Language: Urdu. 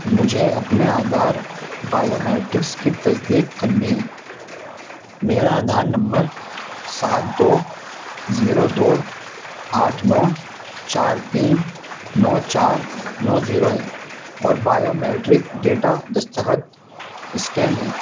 مجھے اپنے آدھار بائیو میٹرکس کی تصدیق کرنی ہے میرا آدھار نمبر سات دو زیرو دو آٹھ نو چار تین نو چار نو زیرو ہے اور بائیو میٹرک ڈیٹا دستخط اسکین ہے